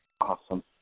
Awesome